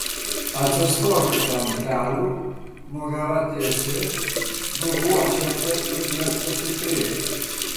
atsistokite ant kelių nugara tiesi dubuo šiek tiek išlenktas į priekį